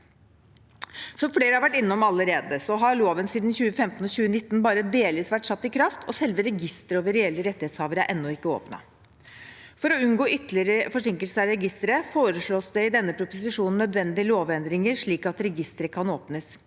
Som flere har vært innom allerede, har loven siden 2015 og 2019 bare delvis vært satt i kraft, og selve registeret over reelle rettighetshavere er ennå ikke åpnet. For å unngå ytterligere forsinkelser av registeret foreslås det i denne proposisjonen nødvendige lovendringer slik at registeret kan åpnes,